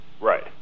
Right